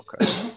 Okay